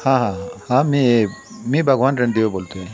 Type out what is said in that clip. हां हां हां हां मी मी भगवान रणदिवे बोलतो आहे